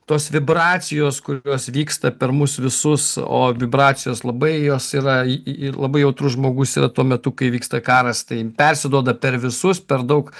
tos vibracijos kurios vyksta per mus visus o vibracijos labai jos yra i i labai jautrus žmogus yra tuo metu kai vyksta karas tai persiduoda per visus per daug